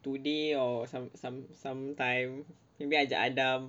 today or some some some time maybe I I dah